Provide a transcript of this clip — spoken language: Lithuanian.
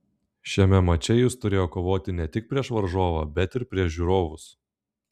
šiame mače jis turėjo kovoti ne tik prieš varžovą bet ir prieš žiūrovus